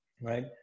right